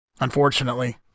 unfortunately